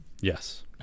Yes